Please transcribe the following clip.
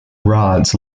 rods